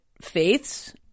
faiths